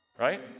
Right